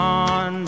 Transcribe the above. on